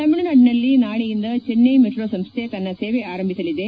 ತಮಿಳುನಾಡಿನಲ್ಲಿ ನಾಳೆಯಿಂದ ಚೆನ್ನೈ ಮೆಟ್ರೋ ಸಂಸ್ಥೆ ತನ್ನ ಸೇವೆ ಆರಂಭಿಸಲಿದೆ